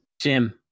Jim